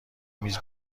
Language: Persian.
میز